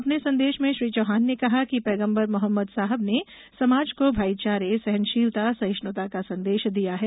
अपने संदेश में श्री चौहान ने कहा कि पैगम्बर मोहम्मद साहब ने समाज को भाईचारे सहनशीलता सहिष्णुता का संदेश दिया हैं